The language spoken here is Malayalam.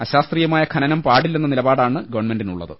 അശാസ്ത്രീയ ഖനനം പാടില്ലെന്ന നിലപാടാണ് ഗവൺമെന്റിനു ള്ളത്